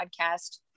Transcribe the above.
podcast